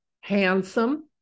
handsome